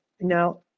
Now